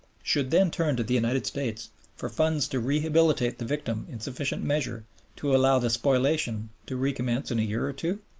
should then turn to the united states for funds to rehabilitate the victim in sufficient measure to allow the spoliation to recommence in a year or two?